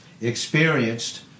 experienced